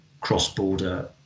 cross-border